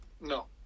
no